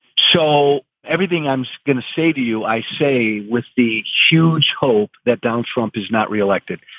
so everything i'm going to say to you, i say with the huge hope that donald trump is not re-elected.